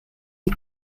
die